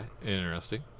interesting